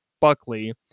Buckley